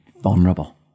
vulnerable